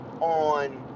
on